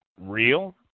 real